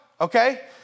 okay